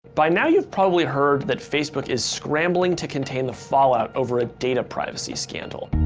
by now you've probably heard that facebook is scrambling to contain the fallout over a data privacy scandal.